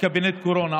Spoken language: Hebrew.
כמי שבקבינט קורונה,